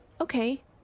okay